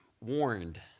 warned